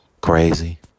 crazy